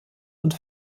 und